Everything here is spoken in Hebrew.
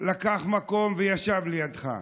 לקח מקום וישב לידך.